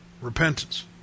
Repentance